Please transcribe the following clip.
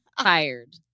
Tired